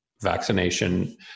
vaccination